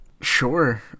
Sure